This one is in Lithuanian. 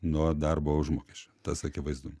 nuo darbo užmokesčio tas akivaizdu